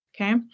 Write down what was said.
Okay